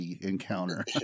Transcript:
encounter